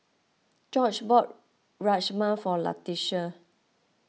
Gorge bought Rajma for Leticia